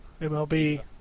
MLB